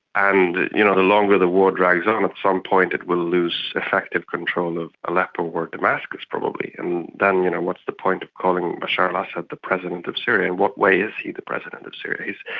and you know the longer the war drags on, at some point it will lose effective control of aleppo or damascus probably, and then you know what's the point of calling bashar al-assad the president of syria? in what way is he the president of syria?